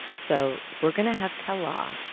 so we're going to have calas,